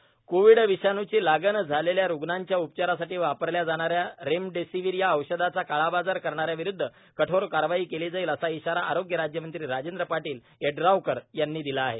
remdesivir Covid विषाणूची लागण झालेल्या रुग्णांच्या उपचारासाठी वापरल्या जाणाऱ्या रेमडेसीविर या औषधाचा काळाबाजार करणाऱ्यांविरुद्ध कठोर कारवाई केली जाईल असा इशारा आरोग्य राज्यमंत्री राजेंद्र पाटील यड्रावकर यांनी दिला आहे